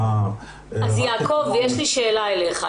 אז יעקב, יש לי שאלה אליך.